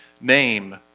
name